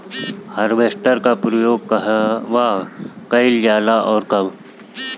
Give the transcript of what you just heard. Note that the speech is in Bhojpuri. हारवेस्टर का उपयोग कहवा कइल जाला और कब?